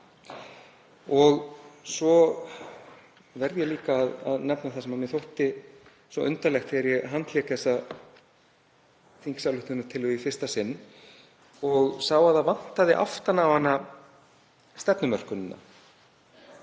Svo verð ég líka að nefna það sem mér þótti svo undarlegt þegar ég handlék þessa þingsályktunartillögu í fyrsta sinn. Ég sá að það vantaði aftan á hana stefnumörkunina